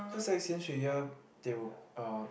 cause like yan-shui-ya they will uh